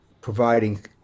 providing